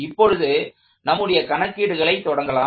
இப்பொழுது நம்முடைய கணக்கீடுகளை தொடங்கலாம்